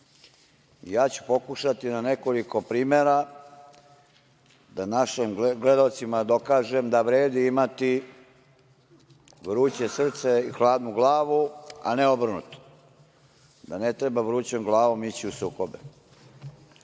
Ja ću pokušati na nekoliko primera da našim gledaocima dokažem da vredi imati vruće srce i hladnu glavu, a ne obrnuto, da ne treba vrućom glavom ići u sukobe. Ova